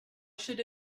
should